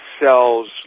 sells